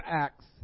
Acts